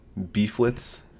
beeflets